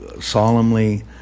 solemnly